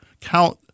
count